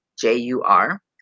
J-U-R